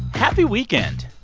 happy weekend.